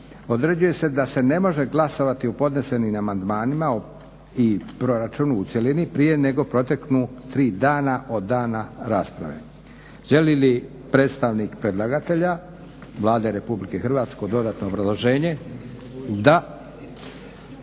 određuje se da se ne može glasovati u podnesenim amandmanima i proračunu u cjelini prije nego proteknu tri dana od dana rasprave. Želi li predstavnik predlagatelja Vlade RH dodatno obrazloženje? Da.